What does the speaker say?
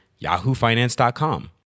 yahoofinance.com